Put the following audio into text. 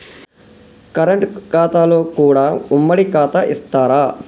Current ఖాతాలో కూడా ఉమ్మడి ఖాతా ఇత్తరా?